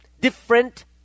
different